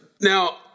Now